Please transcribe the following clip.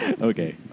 Okay